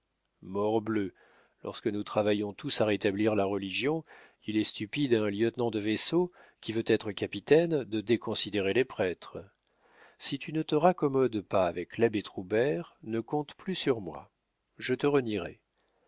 morbleu lorsque nous travaillons tous à rétablir la religion il est stupide à un lieutenant de vaisseau qui veut être capitaine de déconsidérer les prêtres si tu ne te raccommodes pas avec l'abbé troubert ne compte plus sur moi je te renierai